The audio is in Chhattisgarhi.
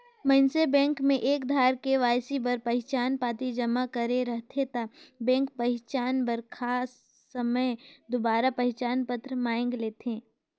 मइनसे बेंक में एक धाएर के.वाई.सी बर पहिचान पाती जमा करे रहथे ता बेंक पहिचान बर खास समें दुबारा पहिचान पत्र मांएग लेथे